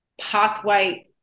pathway